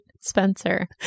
Spencer